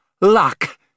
luck